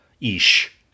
ish